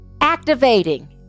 activating